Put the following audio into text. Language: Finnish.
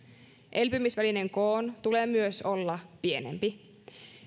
elpymisvälineen koon tulee myös olla pienempi